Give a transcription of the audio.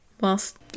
whilst